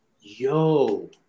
yo